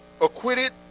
acquitted